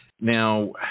Now